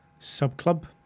subclub